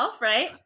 right